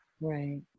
Right